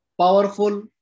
powerful